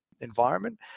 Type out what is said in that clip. environment